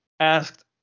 Asked